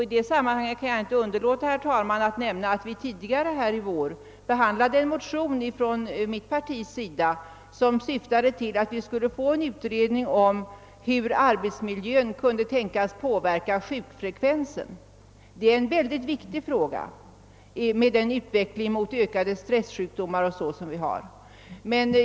I det sammanhanget kan jag inte underlåta att nämna, herr talman, att vi tidigare i vår har behandlat en motion från mitt parti som syftade till en utredning om hur arbetsmiljön kan tänkas påverka sjukfrekvensen. Det är en viktig fråga med tanke på den utveckling mot en ökning av stressjukdomarna som sker.